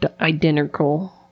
identical